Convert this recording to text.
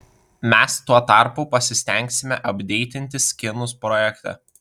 mes tuo tarpu pasistengsime apdeitinti skinus projekte